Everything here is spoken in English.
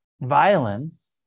violence